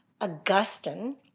Augustine